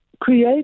create